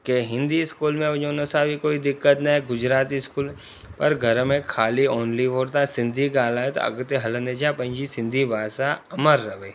की हिंदी स्कूल में विझो हुन सां बि कोइ दिक़त न आहे गुजराती स्कूल में पर घर में ख़ाली ओनली फोर तव्हां सिंधी ॻाल्हायो त अॻिते हलंदे छा पंहिंजी सिंधी भाषा अमर रहे